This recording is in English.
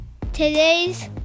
today's